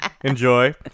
Enjoy